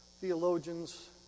theologians